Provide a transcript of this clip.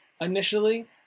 initially